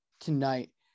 tonight